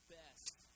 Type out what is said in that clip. best